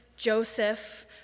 Joseph